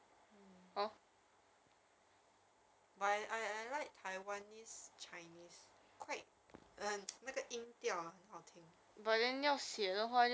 ya like ah 那个 guava ah guava hor taiwan 他们叫芭乐芭乐 ah